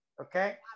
okay